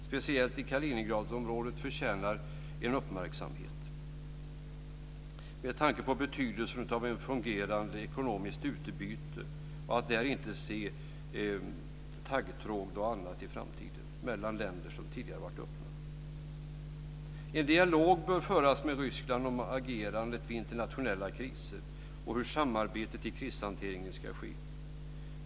Speciellt Kaliningradområdet förtjänar uppmärksamhet med tanke på betydelsen av ett fungerande ekonomiskt utbyte och av att vi i framtiden ska slippa se taggtråd o.d. i framtiden mellan länder som tidigare har varit öppna. En dialog bör föras med Ryssland om agerandet vid internationella kriser och om hur samarbetet i krishanteringen ska ske.